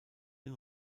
den